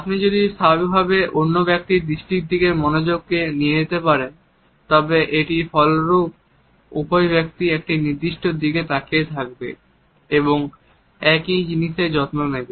আপনি যদি স্বাভাবিকভাবে অন্য ব্যক্তির দৃষ্টির দিকে মনোযোগকে নিয়ে যেতে পারেন তবে এটির ফলস্বরূপ উভয় ব্যক্তি একই জিনিসের দিকে তাকিয়ে থাকবে এবং একই জিনিসের যত্ন নেবে